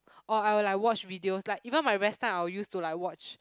or I will like watch videos like even my rest time I will use to like watch